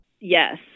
Yes